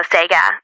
Sega